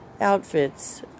outfits